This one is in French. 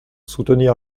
soutenir